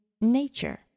nature